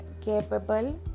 capable